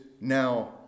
now